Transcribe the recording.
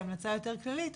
כהמלצה יותר כללית,